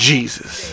Jesus